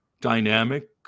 dynamic